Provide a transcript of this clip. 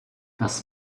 das